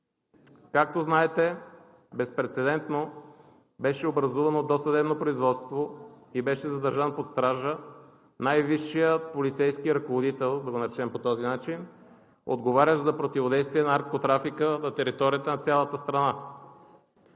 Както знаете, безпрецедентно беше образувано досъдебно производство и беше задържан под стража най-висшият полицейски ръководител, да го наречем по този начин, отговарящ за противодействие на наркотрафика на територията на цялата страна.